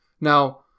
Now